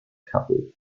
couple